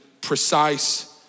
precise